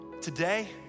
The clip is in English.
Today